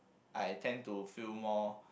I tend to feel more